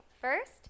First